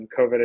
COVID